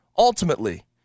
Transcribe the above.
Ultimately